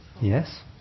Yes